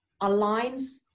aligns